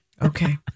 Okay